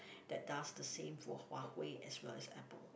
that does the same for Huawei as well as Apple